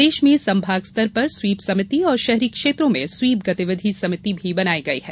प्रदेश में संभाग स्तर पर स्वीप समिति और शहरी क्षेत्रों में स्वीप गतिविधि समिति भी बनाई गई है